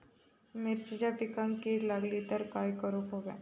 मिरचीच्या पिकांक कीड लागली तर काय करुक होया?